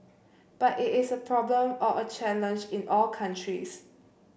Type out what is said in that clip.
but it is a problem or a challenge in all countries